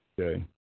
Okay